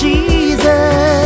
Jesus